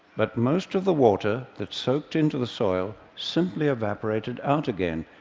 but most of the water that soaked into the soil simply evaporated out again,